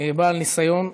בעל ניסיון,